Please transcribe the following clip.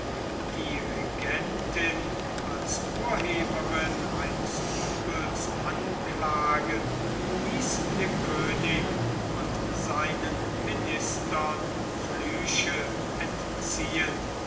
die regentin als urheberin eines uebels anklagen hieß dem könig und seinen ministern flüche entziehen